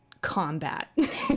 combat